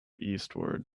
eastward